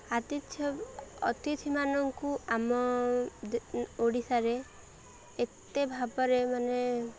ଆତିଥ୍ୟ ଅତିଥିମାନଙ୍କୁ ଆମ ଓଡ଼ିଶାରେ ଏତେ ଭାବରେ ମାନେ